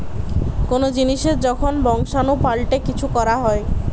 কোন জিনিসের যখন বংশাণু পাল্টে কিছু করা হয়